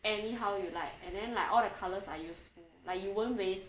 anyhow you like and then like all the colours are useful like you won't waste